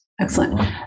excellent